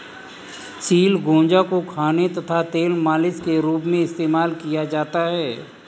चिलगोजा को खाने तथा तेल मालिश के रूप में इस्तेमाल किया जाता है